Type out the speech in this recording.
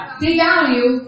devalue